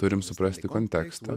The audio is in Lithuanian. turim suprasti kontekstą